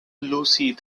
lucy